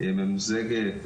ממוזגת,